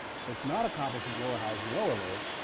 it's not accomplishing lower highs and lower lows.